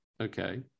okay